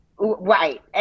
Right